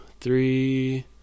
three